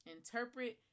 Interpret